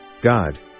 God